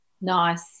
nice